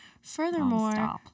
furthermore